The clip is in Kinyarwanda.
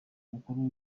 mukuru